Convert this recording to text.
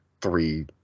three